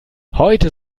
heute